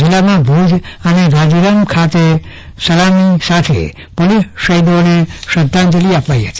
જિલ્લામાં ભુજ ખાતે અને ગાંધીધામ તાલુકા ખાતે સલામી સાથે પોલીસ શહિદોને શ્રધ્ધાંજલિ અપાઈ હતી